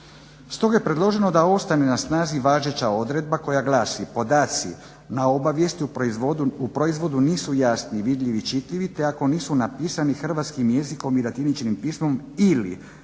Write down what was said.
Stoga je predloženo da ostane na snazi važeća odredba koja glasi: "Podaci na obavijesti o proizvodu nisu jasni i vidljivi, čitljivi te ako nisu napisani hrvatskim jezikom i latiničnim pismom ili